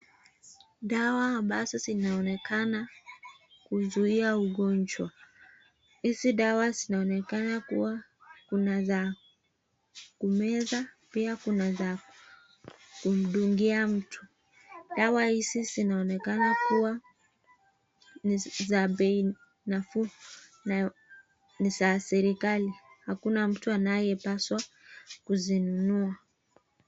Dawa ambazo zinzonekana huzuia ugonjwa hizi dawa zinaonekana kuwa kuna za kumeza pia kuna za kumdungia mtu. Dawa hizi zinaonekana kuwa ni za bei nafuu na ni za serekali hakuna mtu anayepaswa kuzinunua.